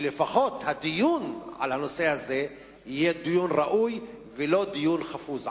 שלפחות הדיון על הנושא הזה יהיה דיון ראוי ולא דיון חפוז.